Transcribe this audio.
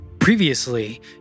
Previously